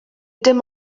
dim